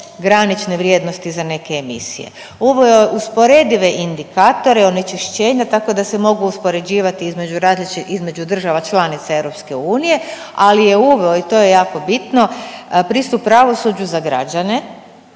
granične vrijednosti za neke emisije. Uveo je usporedive indikatore onečišćenja, tako da se mogu uspoređivati između država članica EU ali je uveo i to je jako bitno pristup pravosuđu za građane